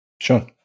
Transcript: Sure